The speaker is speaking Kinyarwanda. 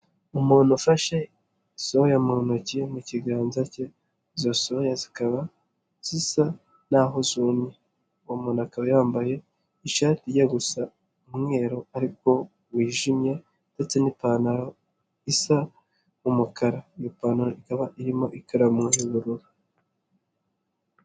Umuntu ufashe soya mu ntoki mu kiganza cye, izo soya zikaba zisa naho zumye, uwo muntu akaba yambaye ishati ijya gusa umweru ariko wijimye ndetse n'ipantaro isa nk'umukara, iyo pantaro ikaba irimo ikaramu y'ubururu.